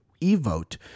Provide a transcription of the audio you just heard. e-vote